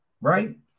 right